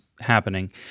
happening